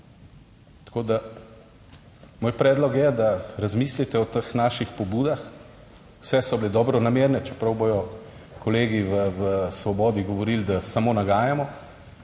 Tako da, moj predlog je, da razmislite o teh naših pobudah, vse so bile dobronamerne, čeprav bodo kolegi v Svobodi govorili, da samo nagajamo.